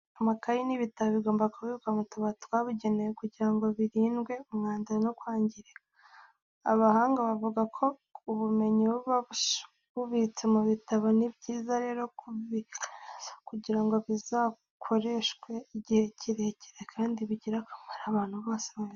Amakayi n'ibitabo bigomba kubikwa mu tubati twabugenewe kugira ngo birindwe umwanda no kwangirika. Abahanga bavuga ko ubumenyi buba bubitse mu bitabo, ni byiza rero kubibika neza kugira ngo bizakoreshwe igihe kirekire kandi bigirire akamaro abantu bose babisoma.